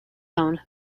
own